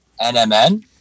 NMN